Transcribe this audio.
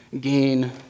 gain